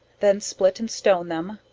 then split and stone them,